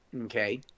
okay